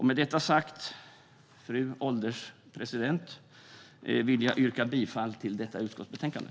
Med detta sagt, fru ålderspresident, vill jag yrka bifall till förslaget i utskottets betänkande.